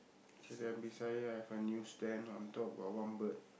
okay then beside it I have a new stand on top got one bird